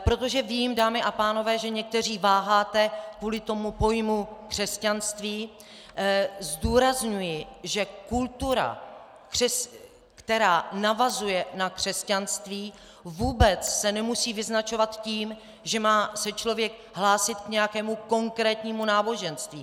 Protože vím, dámy a pánové, že někteří váháte kvůli tomu pojmu křesťanství, zdůrazňuji, že kultura, která navazuje na křesťanství, se vůbec nemusí vyznačovat tím, že se člověk má hlásit k nějakému konkrétnímu náboženství.